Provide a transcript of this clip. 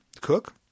Cook